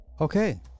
okay